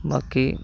बाकी